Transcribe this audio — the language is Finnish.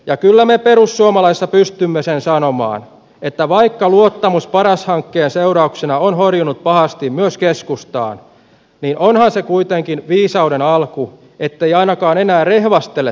ja kyllä me perussuomalaisissa pystymme sen sanomaan että vaikka luottamus paras hankkeen seurauksena on horjunut pahasti myös keskustaan niin onhan se kuitenkin viisauden alku ettei ainakaan enää rehvastele sillä hankkeella